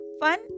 fun